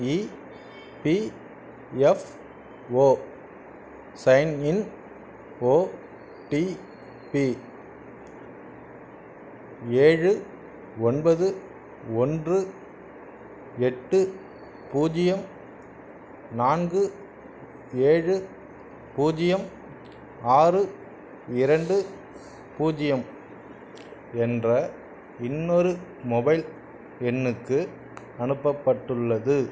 EPFO sign in OTP ஏழு ஒன்பது ஒன்று எட்டு பூஜ்ஜியம் நான்கு ஏழு பூஜ்ஜியம் ஆறு இரண்டு பூஜ்ஜியம் என்ற இன்னொரு மொபைல் எண்ணுக்கு அனுப்பப்பட்டுள்ளது